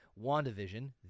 WandaVision